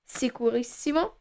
sicurissimo